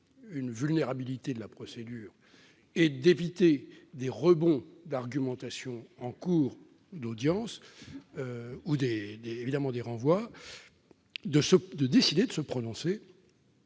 une vulnérabilité de la procédure et d'éviter des rebonds d'argumentation en cours d'audience ou des renvois, de se prononcer